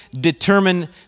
determine